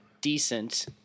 decent